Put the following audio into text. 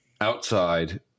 outside